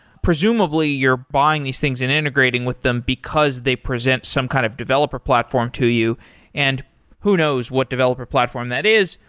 presumably, you're buying these things and integrating with them, because they present some kind of developer platform to you and who knows what developer platform that is,